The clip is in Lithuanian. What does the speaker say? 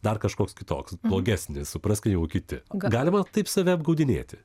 dar kažkoks kitoks blogesnis suprask negu kiti galima taip save apgaudinėti